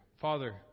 Father